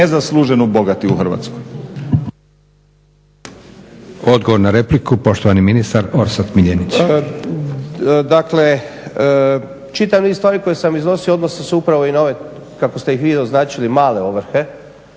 nezasluženo bogati u Hrvatskoj. **Leko, Josip (SDP)** Odgovor na repliku, poštovani ministar Orsat Miljenić. **Miljenić, Orsat** Dakle, čitav niz stvari koje sam iznosio odnosi se upravo i na ove kako ste ih vi označili "male ovrhe"